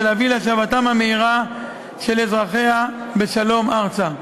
להביא להשבתם המלאה של אזרחיה בשלום ארצה.